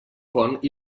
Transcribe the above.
font